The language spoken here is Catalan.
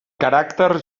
caràcter